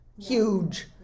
huge